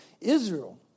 Israel